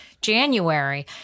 January